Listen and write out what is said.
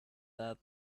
that